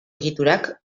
egiturak